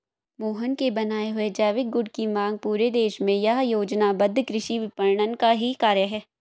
मोहन के बनाए हुए जैविक गुड की मांग पूरे देश में यह योजनाबद्ध कृषि विपणन का ही कार्य है